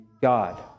God